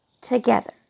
together